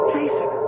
Jason